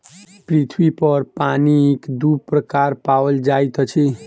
पृथ्वी पर पानिक दू प्रकार पाओल जाइत अछि